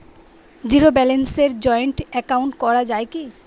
Zero ব্যালেন্সে joint account করা য়ায় কি?